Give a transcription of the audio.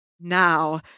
now